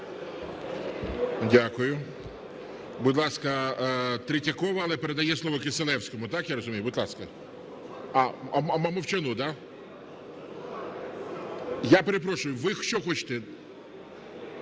Дякую. Будь ласка, Третьякова. Але передає слово Кисилевському, так я розумію? Будь ласка. Мовчану, да? Я перепрошую, ви що хочете?